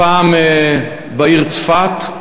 הפעם בעיר צפת.